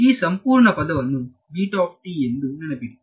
ಈ ಸಂಪೂರ್ಣ ಪದವನ್ನು ಎಂದು ನೆನಪಿಡಿ